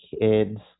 kids